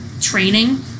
training